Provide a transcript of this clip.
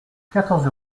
quatorze